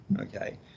Okay